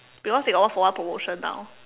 because they got one for one promotion now